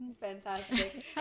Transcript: Fantastic